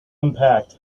impact